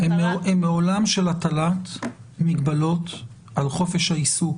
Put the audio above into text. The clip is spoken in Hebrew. הן מעולם של הטלת מגבלות על חופש העיסוק,